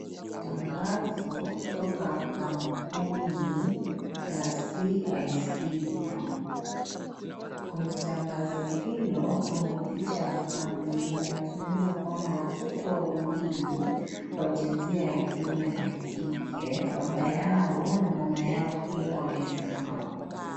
Tangazo kutoka kampuni ya CIC Group. Kwenye tangazo hili kuna picha ya familia. Tunaweza kuna watoto wawili wa jinsia ya kiume na ya kike, baba yao na mama yao wakiwa wamesimama.